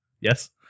Yes